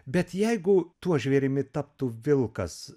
bet jeigu tuo žvėrimi taptų vilkas